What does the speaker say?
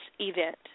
event